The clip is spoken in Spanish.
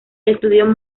estudió